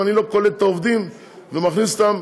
אם אני לא קולט את העובדים ומכניס אותם